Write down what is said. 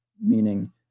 meaning